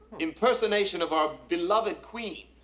impersonation of our beloved queen.